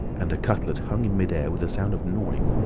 and a cutlet hung in mid-air, with a sound of gnawing.